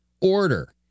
order